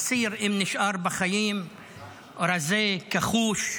אסיר, אם נשאר בחיים, הוא רזה, כחוש,